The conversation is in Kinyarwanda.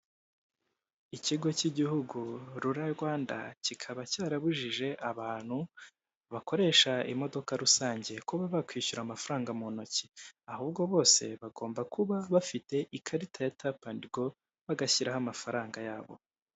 Ikigo cy'igihugu Rura Rwanda, kikaba cyarabujije abantu bakoresha imodoka rusange kuba bakwishyura amafaranga mu ntoki, ahubwo bose bagomba kuba bafite ikarita ya tapu andi go, bagashyiraho amafaranga yabo.